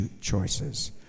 choices